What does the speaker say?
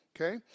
Okay